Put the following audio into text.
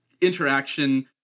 interaction